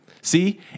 See